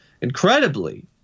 Incredibly